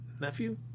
Nephew